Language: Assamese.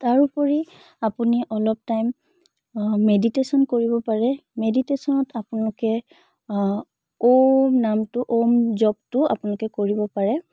তাৰোপৰি আপুনি অলপ টাইম মেডিটেশ্যন কৰিব পাৰে মেডিটেশ্যনত আপোনলোকে ঔম নামটো ঔম জপটো আপোনালোকে কৰিব পাৰে